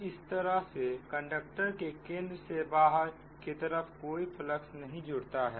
तो इस तरह से कंडक्टर के केंद्र से बाहर के तरफ कोई फ्लक्स नहीं जुड़ता है